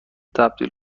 تبدیل